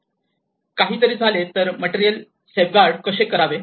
काहीतरी झाले तर मटेरियल सेफगार्ड कसे करावे